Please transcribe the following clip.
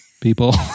people